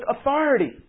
authority